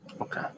Okay